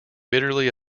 bitterly